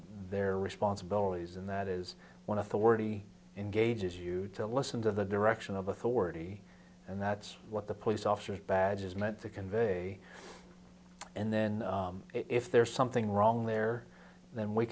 their responsibilities and that is one of the worthy engages you to listen to the direction of authority and that's what the police officers badge is meant to convey and then if there's something wrong there then we